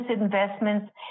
investments